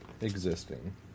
existing